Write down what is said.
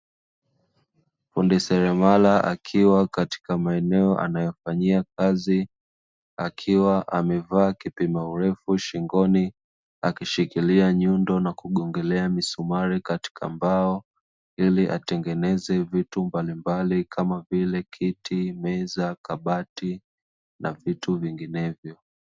Fundi seremala akiwa katika maeneo anayofanyia kazi, akiwa amevaa kipima urefu shingoni akishikilia nyundo na kugongelea misumari katika mbao, ili atengeneze vitu mbalimbali kama vile kiti, meza, kabati na vitu vinginevo.